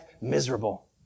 miserable